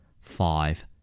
five